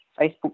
Facebook